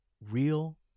real